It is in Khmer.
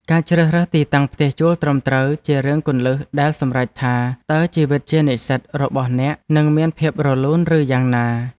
ការជ្រើសរើសទីតាំងផ្ទះជួលត្រឹមត្រូវជារឿងគន្លឹះដែលសម្រេចថា តើជីវិតជានិស្សិតរបស់អ្នកនឹងមានភាពរលូនឬយ៉ាងណា។